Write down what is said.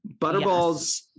Butterballs